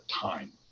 time